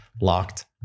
locked